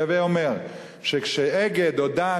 הווי אומר ש"אגד" או "דן",